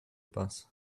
bus